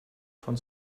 von